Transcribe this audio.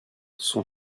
son